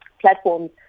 platforms